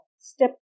step